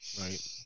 Right